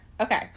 Okay